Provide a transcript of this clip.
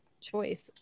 choice